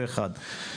זה אחד.